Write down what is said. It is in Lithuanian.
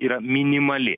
yra minimali